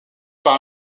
par